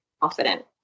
confident